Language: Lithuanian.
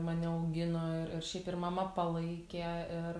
mane augino ir ir šiaip ir mama palaikė ir